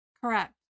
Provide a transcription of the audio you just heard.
Correct